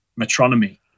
Metronomy